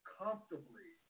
comfortably